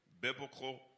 biblical